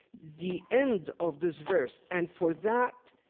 the end of this verse, and for that,